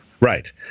Right